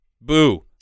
boo